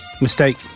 mistake